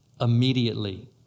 immediately